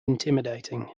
intimidating